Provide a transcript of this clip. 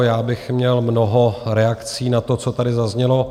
Já bych měl mnoho reakcí na to, co tady zaznělo.